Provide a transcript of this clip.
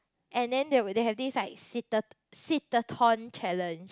and then they will they have this like sit a sit a thorn challenge